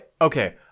okay